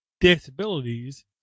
disabilities